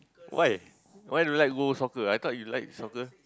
why why don't like go soccer I thought you like soccer